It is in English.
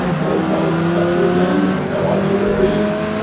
they try to dispatch it again, you have no idea where it is.